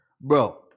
Bro